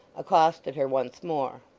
accosted her once more.